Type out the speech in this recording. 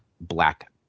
Black